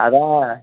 அதுதான்